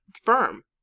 firm